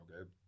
Okay